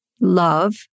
love